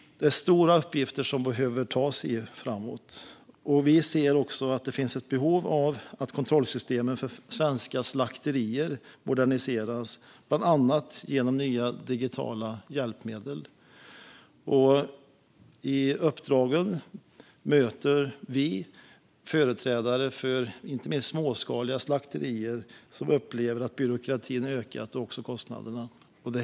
Det är stora uppgifter som man behöver ta tag i framöver. Vi ser också att det finns ett behov av att kontrollsystemen för svenska slakterier moderniseras, bland annat genom nya digitala hjälpmedel. I vårt uppdrag möter vi företrädare för inte minst småskaliga slakterier som upplever att byråkratin och också kostnaderna har ökat.